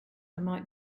might